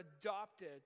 adopted